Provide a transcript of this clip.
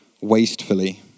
wastefully